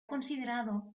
considerado